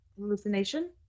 hallucination